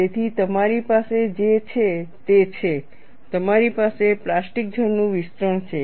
તેથી તમારી પાસે જે છે તે છે તમારી પાસે પ્લાસ્ટિક ઝોન નું વિસ્તરણ છે